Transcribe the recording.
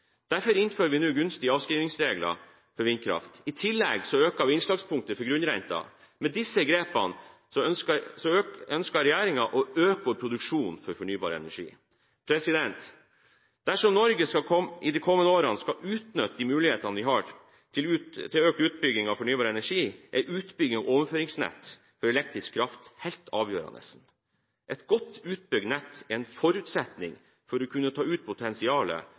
Derfor innfører vi nå gunstige avskrivningsregler for vindkraft. I tillegg øker vi innslagspunktet for grunnrenteskatten. Med disse grepene ønsker regjeringen å øke vår produksjon av fornybar energi. Dersom Norge i de kommende årene skal kunne utnytte de mulighetene vi har til økt utbygging av fornybar energi, er utbygging av overføringsnettet for elektrisk kraft helt avgjørende. Et godt utbygd nett er en forutsetning for å kunne ta ut potensialet